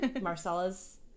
Marcella's